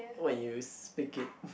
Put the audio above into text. when you speak it